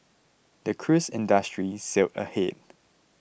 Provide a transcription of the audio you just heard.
the cruise industry sailed ahead